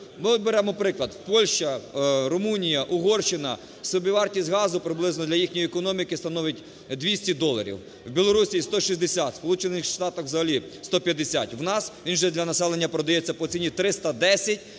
От беремо приклад. Польща, Румунія, Угорщина: собівартість газу приблизно для їхньої економіки становить 200 доларів. В Білорусі – 160. В Сполучених Штатах – взагалі 150. У нас він вже для населення продається по ціні 310.